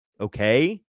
Okay